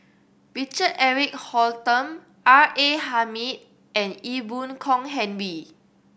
Richard Eric Holttum R A Hamid and Ee Boon Kong Henry